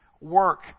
work